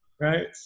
Right